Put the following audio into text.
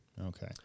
okay